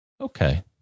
Okay